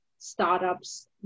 Startups